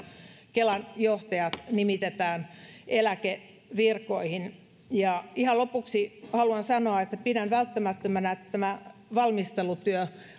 kelan johtaja nimitetään eläkevirkoihin ihan lopuksi haluan sanoa että pidän välttämättömänä että tämä valmistelutyö